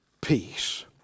peace